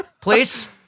please